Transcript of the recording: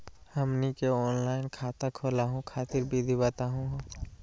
हमनी के ऑनलाइन खाता खोलहु खातिर विधि बताहु हो?